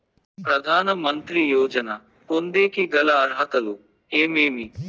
ప్రధాన మంత్రి యోజన పొందేకి గల అర్హతలు ఏమేమి?